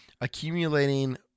accumulating